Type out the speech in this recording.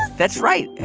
that's right.